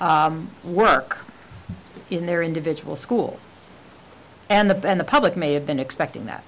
work in their individual school and the bend the public may have been expecting that